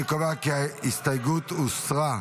אני קובע כי ההסתייגות הוסרה.